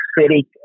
City